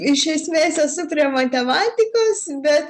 iš esmės esu prie matematikos bet